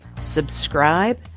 subscribe